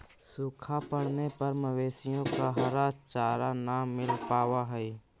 सूखा पड़ने पर मवेशियों को हरा चारा न मिल पावा हई